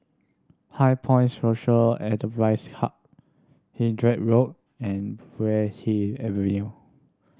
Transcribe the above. HighPoint Social Enterprise Hub Hindhede Road and Puay Hee Avenue